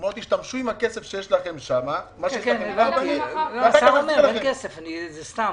הוא אמר תשתמשו עם הכסף שיש לכם שם ואחר כך נחזיר לכם.